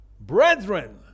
Brethren